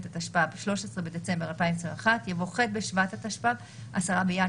ברישה, אחרי "הנכנס לישראל"